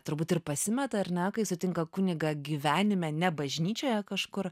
turbūt ir pasimeta ar ne kai sutinka kunigą gyvenime ne bažnyčioje kažkur